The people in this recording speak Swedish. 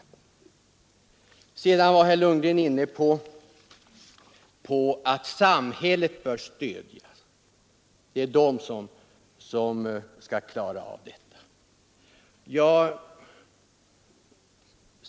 Herr Lundgren var också inne på att det är samhället som bör stödja den ideella verksamheten.